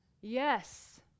Yes